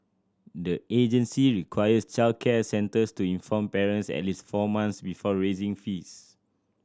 the agency requires childcare centres to inform parents at least four months before raising fees